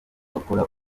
bakora